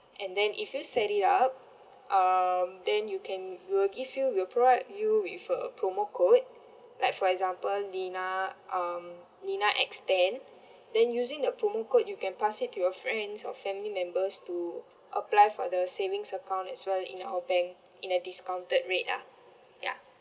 and then if you set it up um then you can we'll give you we'll provide you with a promo code like for example lina um lina S ten then using the promo code you can pass it to your friends or family members to apply for the savings account as well in our bank in a discounted rate lah ya